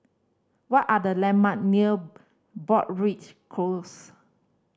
what are the landmark near Broadrick Close